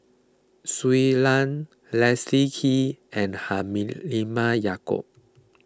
Shui Lan Leslie Kee and Halimah Yacob